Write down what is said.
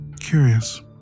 Curious